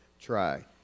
try